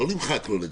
לא נמחק לו לגמרי,